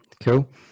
cool